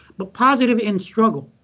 but positive in struggle.